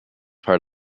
part